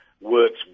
works